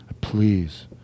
please